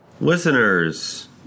Listeners